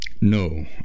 No